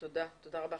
תודה רבה.